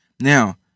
Now